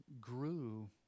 grew